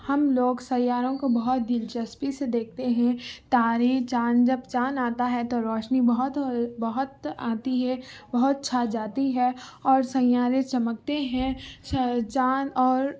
ہم لوگ سیاروں کو بہت دلچسپی سے دیکھتے ہیں تارے چاند جب چاند آتا ہے تو روشنی بہت بہت آتی ہے بہت چھا جاتی ہے اور سیارے چمکتے ہیں چاند اور